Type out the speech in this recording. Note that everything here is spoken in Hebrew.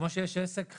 כמו שיש עסק חדש,